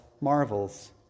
marvels